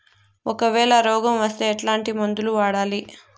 ఒకవేల రోగం వస్తే ఎట్లాంటి మందులు వాడాలి?